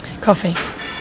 Coffee